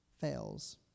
fails